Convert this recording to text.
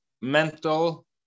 mental